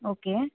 okay